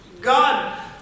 God